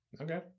Okay